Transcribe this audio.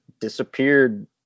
disappeared